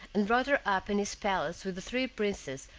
and brought her up in his palace with the three princes,